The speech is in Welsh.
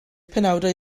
penawdau